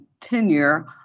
tenure